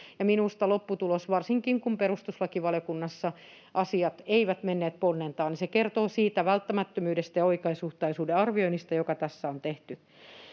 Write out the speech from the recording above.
minusta lopputulos, varsinkin kun perustuslakivaliokunnassa asiat eivät menneet ponnen taa, kertoo siitä välttämättömyydestä ja oikeasuhtaisuuden arvioinnista, joka tässä on tehty.